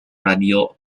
radio